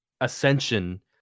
ascension